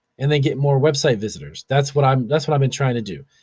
and then get more website visitors. that's what um that's what i've been trying to do.